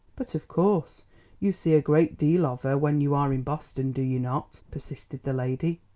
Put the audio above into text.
but of course you see a great deal of her when you are in boston do you not? persisted the lady.